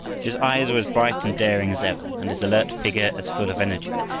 his eyes were as bright and daring as ever and his alert figure as full of energy,